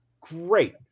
great